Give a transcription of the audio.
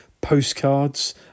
postcards